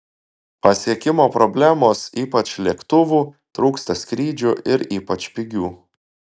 pasiekimo problemos ypač lėktuvų trūksta skrydžių ir ypač pigių